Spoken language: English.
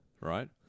right